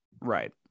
Right